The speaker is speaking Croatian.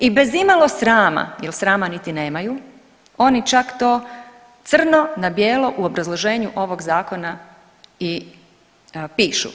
I bez imalo srama, jer srama niti nemaju oni čak to crno na bijelo u obrazloženju ovog zakona i pišu.